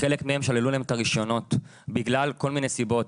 ולחלק שללו את הרישיונות בגלל כל מיני סיבות,